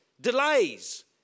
delays